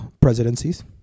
presidencies